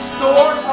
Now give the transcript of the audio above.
Store